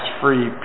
free